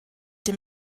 dem